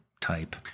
type